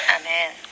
Amen